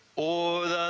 or